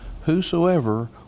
Whosoever